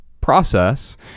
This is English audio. process